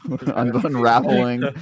unraveling